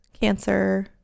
cancer